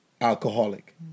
alcoholic